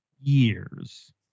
years